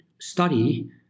study